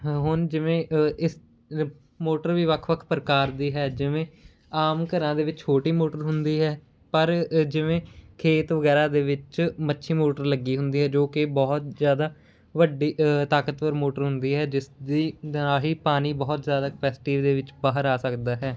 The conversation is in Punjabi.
ਹੁਣ ਜਿਵੇਂ ਇਸ ਮੋਟਰ ਵੀ ਵੱਖ ਵੱਖ ਪ੍ਰਕਾਰ ਦੀ ਹੈ ਜਿਵੇਂ ਆਮ ਘਰਾਂ ਦੇ ਵਿੱਚ ਛੋਟੀ ਮੋਟਰ ਹੁੰਦੀ ਹੈ ਪਰ ਅ ਜਿਵੇਂ ਖੇਤ ਵਗੈਰਾ ਦੇ ਵਿੱਚ ਮੱਛੀ ਮੋਟਰ ਲੱਗੀ ਹੁੰਦੀ ਹੈ ਜੋ ਕਿ ਬਹੁਤ ਜ਼ਿਆਦਾ ਵੱਡੀ ਅ ਤਾਕਤਵਰ ਮੋਟਰ ਹੁੰਦੀ ਹੈ ਜਿਸਦੀ ਰਾਹੀਂ ਪਾਣੀ ਬਹੁਤ ਜ਼ਿਆਦਾ ਕੈਪੈਸਿਟੀ ਦੇ ਵਿੱਚ ਬਾਹਰ ਆ ਸਕਦਾ ਹੈ